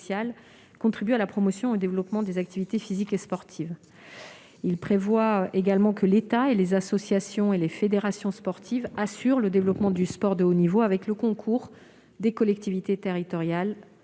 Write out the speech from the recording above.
contribuent à la promotion et au développement des activités physiques et sportives. » Il ajoute également que « L'État et les associations et fédérations sportives assurent le développement du sport de haut niveau, avec le concours des collectivités territoriales,